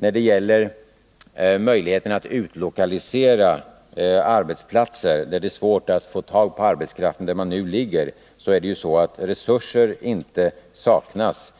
När det gäller möjligheterna att utlokalisera arbetsplatser från orter där det är svårt att få tag på arbetskraft är det ju så att resurser inte saknas.